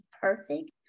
perfect